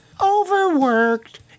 overworked